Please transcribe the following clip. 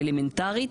אלמנטרית.